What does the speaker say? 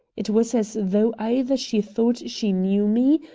it was as though either she thought she knew me,